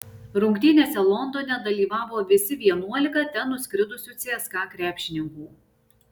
rungtynėse londone dalyvavo visi vienuolika ten nuskridusių cska krepšininkų